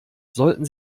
sollten